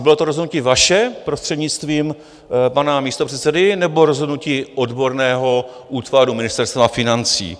Bylo to rozhodnutí vaše, prostřednictvím pana místopředsedy, nebo rozhodnutí odborného útvaru Ministerstva financí?